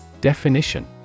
Definition